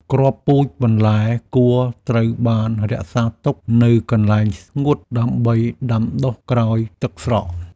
គ្រាប់ពូជបន្លែគួរត្រូវបានរក្សាទុកនៅកន្លែងស្ងួតដើម្បីដាំដុះក្រោយទឹកស្រក។